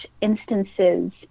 instances